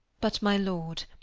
but my lord,